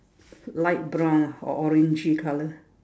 light brown lah or orangey colour